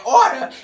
order